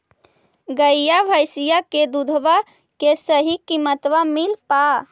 गईया भैसिया के दूधबा के सही किमतबा मिल पा?